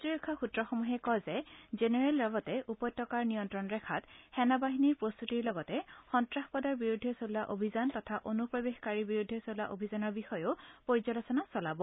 প্ৰতিৰক্ষা সূত্ৰসমূহে কয় যে জেনেৰেল ৰাবাটে উপত্যকাৰ নিয়ন্ত্ৰণ ৰেখাত সেনা বাহিনীৰ প্ৰস্তুতিৰ লগতে সন্ত্ৰাসবাদৰ বিৰুদ্ধে চলোৱা অভিযান তথা অনুপ্ৰবেশকাৰীৰ বিৰুদ্ধে চলোৱা অভিযানৰ বিষয়েও পৰ্যালোচনা চলাব